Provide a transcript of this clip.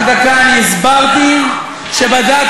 רק דקה, אני הסברתי שבדקתי,